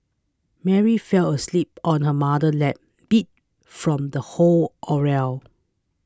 Mary fell asleep on her mother's lap beat from the whole ordeal